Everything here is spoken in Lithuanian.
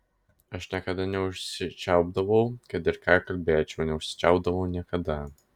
aš niekada neužsičiaupdavau kad ir ką kalbėčiau neužsičiaupdavau niekada